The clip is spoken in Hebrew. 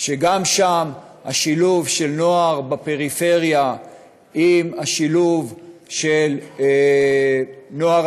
גם שם השילוב של נוער בפריפריה עם השילוב של נוער